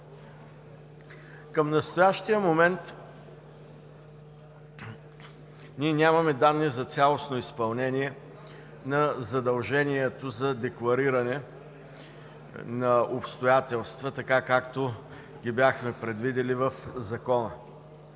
Към настоящия момент ние нямаме данни за цялостно изпълнение на задължението за деклариране на обстоятелства, така както ги бяхме предвидили в Закона.